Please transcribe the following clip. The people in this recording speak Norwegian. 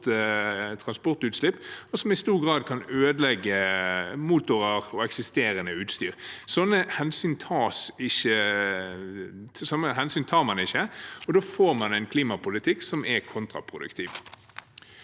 transportutslipp, og som i stor grad kan ødelegge motorer og eksisterende utstyr. Slike hensyn tar man ikke, og da får man en klimapolitikk som er kontraproduktiv.